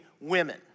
women